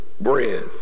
bread